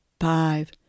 five